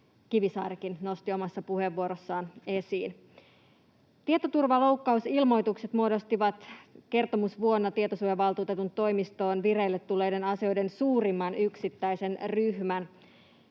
Kivisaarikin nosti omassa puheenvuorossaan esiin. Tietoturvaloukkausilmoitukset muodostivat kertomusvuonna tietosuojavaltuutetun toimistoon vireille tulleiden asioiden suurimman yksittäisen ryhmän.